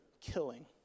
killing